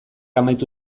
amaitu